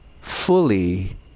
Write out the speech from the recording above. fully